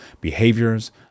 behaviors